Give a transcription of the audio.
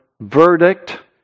verdict